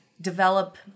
develop